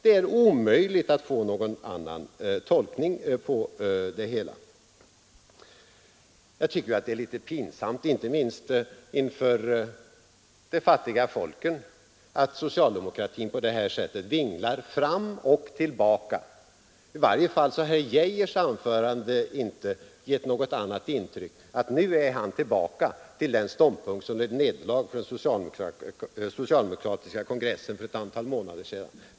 Det är omöjligt att tolka det hela på något annat sätt. Det är litet pinsamt, inte minst inför de fattiga folken, att socialdemokratin på det här sättet vinglar fram och tillbaka. I varje fall har herr Geijers anförande inte gett något annat intryck än att han nu är tillbaka vid den ståndpunkt som led nederlag på den socialdemokratiska kongressen för ett antal månader sedan.